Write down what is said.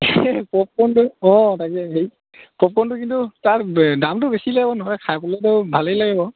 পপকৰ্ণটো অঁ তাকে হেৰি পপকৰ্ণটো কিন্তু তাৰ এই দামটো বেছি লয় আকৌ নহয় খাবলৈ বাৰু ভালেই লাগে বাৰু